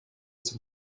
zum